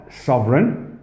sovereign